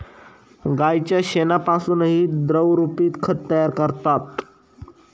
गाईच्या शेणापासूनही द्रवरूप खत तयार करतात